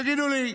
תגידו לי,